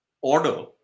order